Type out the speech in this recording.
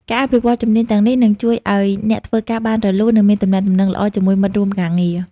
ការអភិវឌ្ឍជំនាញទាំងនេះនឹងជួយឱ្យអ្នកធ្វើការបានរលូន និងមានទំនាក់ទំនងល្អជាមួយមិត្តរួមការងារ។